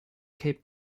cape